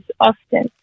often